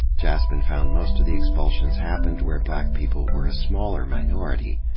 jaspin found most of the expulsions happened where black people were a smaller minority.